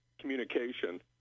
communication